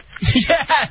Yes